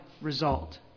result